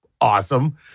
awesome